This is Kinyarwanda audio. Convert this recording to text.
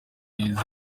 neza